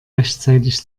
rechtzeitig